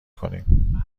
کنیم